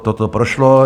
Toto prošlo.